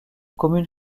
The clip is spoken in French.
commune